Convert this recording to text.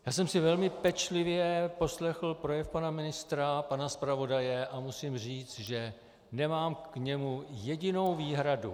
Já jsem si velmi pečlivě poslechl projev pana ministra, pana zpravodaje a musím říct, že nemám k němu jedinou výhradu.